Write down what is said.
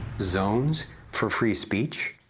zones for free speech?